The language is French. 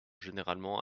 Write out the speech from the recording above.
généralement